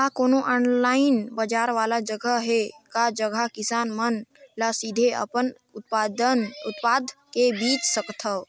का कोनो ऑनलाइन बाजार वाला जगह हे का जहां किसान मन ल सीधे अपन उत्पाद ल बेच सकथन?